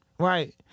Right